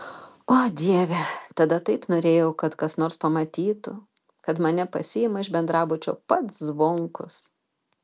o dieve tada taip norėjau kad kas nors pamatytų kad mane pasiima iš bendrabučio pats zvonkus